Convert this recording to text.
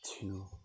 two